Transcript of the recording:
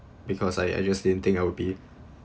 because I I just didn't think I would be